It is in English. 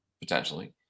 potentially